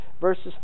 verses